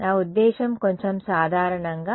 నా ఉద్దేశ్యం కొంచెం సాధారణంగా